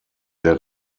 der